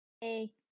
Hey